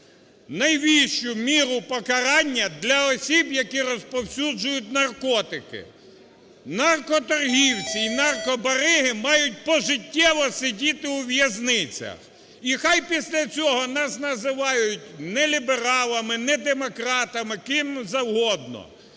найвищу міру покарання для осіб, які розповсюджують наркотики. Наркоторгівці і наркобариги мають пожиттєво сидіти у в'язницях. І нехай після цього нас називають нелібералами, недемократами – ким завгодно,